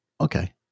Okay